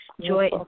joy